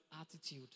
attitude